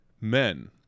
Men